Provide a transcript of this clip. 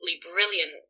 brilliant